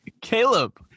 Caleb